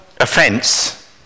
offence